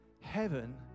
Heaven